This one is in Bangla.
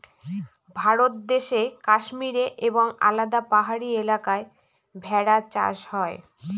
ভারত দেশে কাশ্মীরে এবং আলাদা পাহাড়ি এলাকায় ভেড়া চাষ হয়